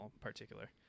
Particular